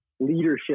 leadership